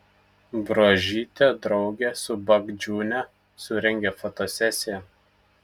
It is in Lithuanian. bruožytė drauge su bagdžiūne surengė fotosesiją